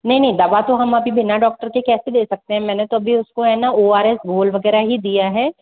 नहीं नहीं दवा तो हम अभी भी बिना डॉक्टर के कैसे दे सकते हैं मैंने तो अभी उसको है ना ओ आर एस घोल वगैरह ही दिया है